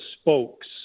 spokes